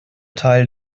teil